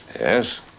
Yes